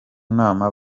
nama